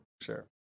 sure